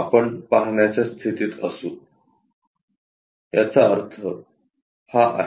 आपण पाहण्याच्या स्थितीत असू याचा अर्थ हा आहे